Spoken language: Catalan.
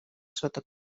sota